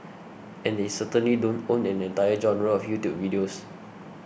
and they certainly don't own an entire genre of YouTube videos